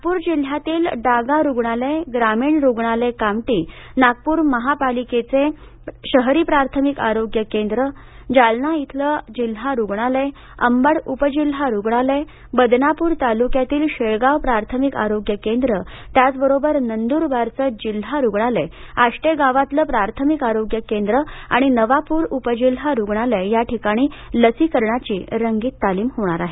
नागपूर जिल्ह्यातील डागा रुग्णालय ग्रामीण रुग्णालय कामटी नागपूर महापालिकेचे शहरी प्राथमिक आरोग्य केंद्र जालना धिलं जिल्हा रुग्णालय अंबड उपजिल्हा रुग्णालय बदनापूर तालुक्यातील शेळगाव प्राथमिक आरोग्य केंद्र त्याचबरोबर नंदूरबारचं जिल्हा रुग्णालय आष्टे गावातलं प्राथमिक आरोग्य केंद्र आणि नवापूर उपजिल्हा रुग्णालय या ठिकाणी लसीकरणाची रंगीत तालीम होणार आहे